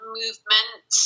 movement